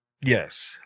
Yes